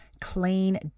clean